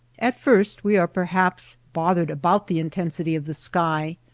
at first we are perhaps bothered about the inten sity of the sky,